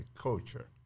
culture